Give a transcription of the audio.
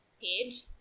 page